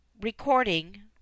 Recording